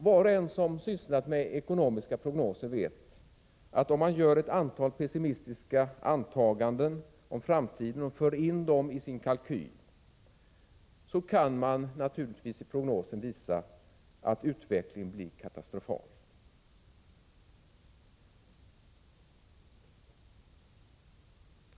Var och en som sysslat med ekonomiska prognoser vet att om man gör ett antal pessimistiska antaganden om framtiden och för in dem i sin kalkyl, så kan man i prognosen visa att utvecklingen blir katastrofal.